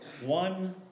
one